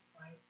right